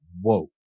whoa